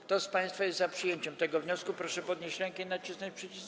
Kto z państwa jest za przyjęciem tego wniosku, proszę podnieść rękę i nacisnąć przycisk.